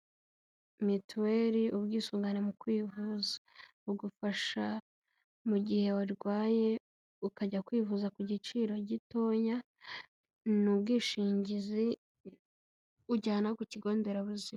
Mituweli, ubwisungane mu kwivuza. Bugufasha mu gihe warwaye, ukajya kwivuza ku giciro gitoya, ni ubwishingizi ujyana ku kigo nderabuzima.